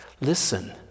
Listen